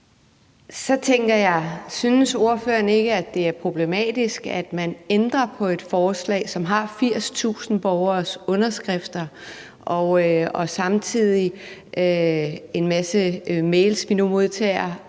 Så tænker jeg: Synes ordføreren ikke, at det er problematisk, at man ændrer på et forslag, som har 80.000 borgeres underskrifter, samtidig med at vi nu også modtager